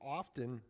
often